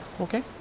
Okay